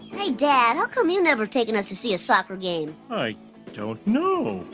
hey dad, how come you've never taken us to see a soccer game? i don't know.